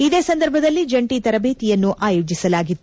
ಇದೇ ಸಂದರ್ಭದಲ್ಲಿ ಜಂಟೆ ತರಬೇತಿಯನ್ನು ಆಯೋಜಿಸಲಾಗಿತ್ತು